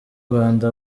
rwanda